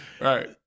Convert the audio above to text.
right